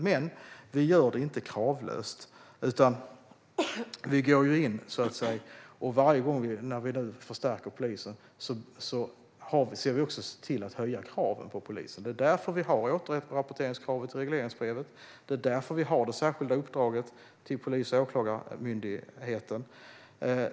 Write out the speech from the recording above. Vi gör det dock inte kravlöst - varje gång vi förstärker polisen ser vi också till att höja kraven på polisen. Det är därför vi har återrapporteringskravet i regleringsbrevet, och det är därför vi har det särskilda uppdraget till Polismyndigheten och Åklagarmyndigheten.